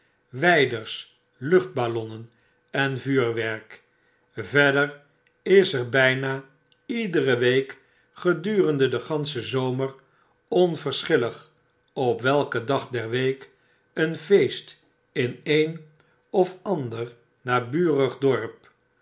wijders luchtballonnen en vuurwerk verder is er bijna iedere week gedurende den ganschen zomer onverschillig op welken dag der week een feest in een of ander naburig dorp